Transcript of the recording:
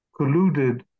colluded